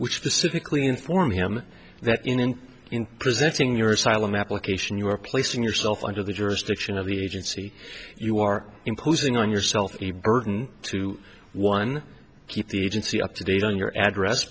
which pacifically inform him that you know in presenting your asylum application you are placing yourself under the jurisdiction of the agency you are imposing on yourself a burden to one keep the agency up to date on your address